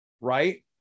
right